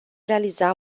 realiza